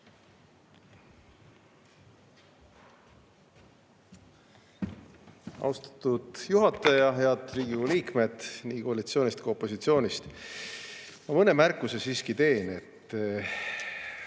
Austatud juhataja! Head Riigikogu liikmed nii koalitsioonist kui ka opositsioonist! Ma mõne märkuse siiski teen. See